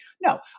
No